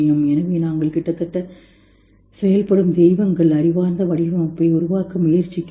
எனவே நாங்கள் கிட்டத்தட்ட செயல்படும் தெய்வங்கள் அறிவார்ந்த வடிவமைப்பை உருவாக்க முயற்சிக்கிறோம்